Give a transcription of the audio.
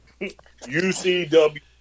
UCW